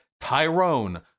Tyrone